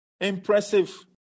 Impressive